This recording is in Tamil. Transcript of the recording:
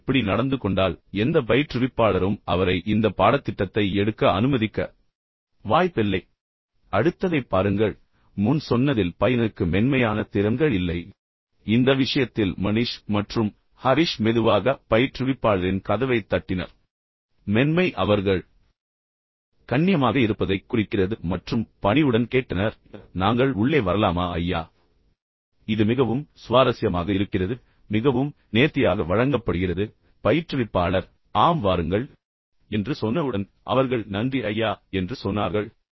அவர் இப்படி நடந்துகொண்டால் எந்த பயிற்றுவிப்பாளரும் அவரை இந்த பாடத்திட்டத்தை எடுக்க அனுமதிக்க வாய்ப்பில்லை இப்போது அடுத்ததைப் பாருங்கள் முன் சொன்னதில் பையனுக்கு மென்மையான திறன்கள் இல்லை இப்போது இந்த விஷயத்தில் மனிஷ் மற்றும் ஹரிஷ் மெதுவாக பயிற்றுவிப்பாளரின் கதவைத் தட்டினர் எனவே மென்மை அவர்கள் கண்ணியமாக இருப்பதைக் குறிக்கிறது மற்றும் பணிவுடன் கேட்டனர் நாங்கள் உள்ளே வரலாமா ஐயா எனவே இது மிகவும் சுவாரஸ்யமாக இருக்கிறது மிகவும் நேர்த்தியாக வழங்கப்படுகிறது பயிற்றுவிப்பாளர் ஆம் வாருங்கள் என்று சொன்னவுடன் அவர்கள் நன்றி ஐயா என்று சொன்னார்கள்